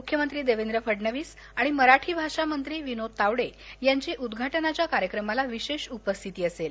मुख्यमंत्री देवेंद्र फडणवीस आणि मराठी भाषा मंत्री विनोद तावडे यांची कार्यक्रमाला विशेष उपस्थिती असेल